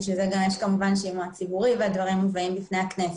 זה כמובן דורש שימוע ציבורי והדברים מובאים בפני הכנסת.